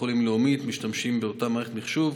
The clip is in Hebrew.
המשתמשות באותה מערכת מחשוב.